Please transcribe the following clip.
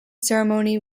ceremony